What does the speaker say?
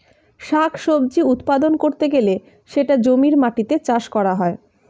শাক সবজি উৎপাদন করতে গেলে সেটা জমির মাটিতে চাষ করা হয়